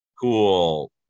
cool